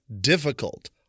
difficult